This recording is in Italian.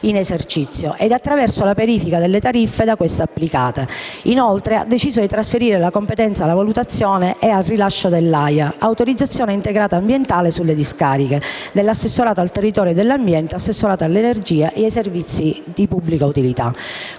in esercizio e attraverso la verifica delle tariffe da queste applicate. Inoltre, ha deciso di trasferire la competenza alla valutazione e al rilascio dell'autorizzazione integrata ambientale (AIA) sulle discariche, dall'assessorato al territorio e all'ambiente all'assessorato all'energia e ai servizi di pubblica utilità.